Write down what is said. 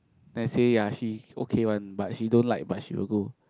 then I say ya she okay one but she don't like but she will go